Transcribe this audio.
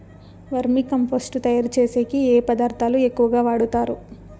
వర్మి compost తయారుచేసేకి ఏ పదార్థాలు ఎక్కువగా వాడుతారు